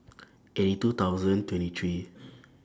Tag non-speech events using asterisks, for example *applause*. *noise* eighty two thousand twenty three *noise*